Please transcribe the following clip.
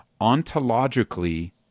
ontologically